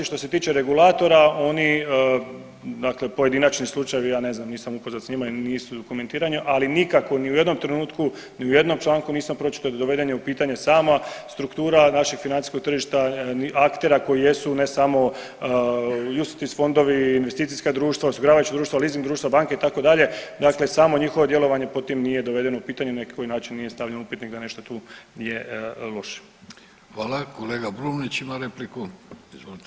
Što se tiče regulatora oni, dakle pojedinačni slučajevi ja ne znam, nisam upoznat s njima i nisu u komentiranju, ali nikako ni u jednom trenutku, ni u jednom članku nisam pročitao da doveden je u pitanje sama struktura našeg financijskog tržišta ni aktera koji jesu, ne samo UCITS fondovi, investicijska društva, osiguravajuća društva, leasing društva, banke itd., dakle samo njihovo djelovanje pod tim nije dovedeno u pitanje na koji način nije stavljen upitnik da nešto tu je loše.